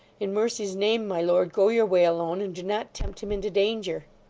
in mercy's name, my lord, go your way alone, and do not tempt him into danger